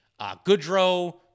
Goodrow